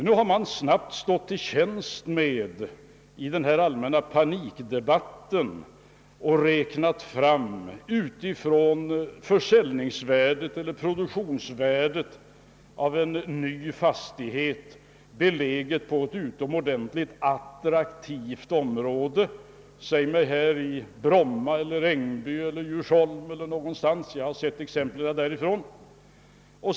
e I den allmänna panikdebatten har man snabbt stått till tjänst med att från försäljningsvärdet eller produktionsvärdet av en ny fastighet belägen på ett utomordentligt attraktivt område räkna fram vad resultatet skulle bli. Jag har sett exempel från Bromma, Äppelviken och Djursholm.